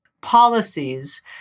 policies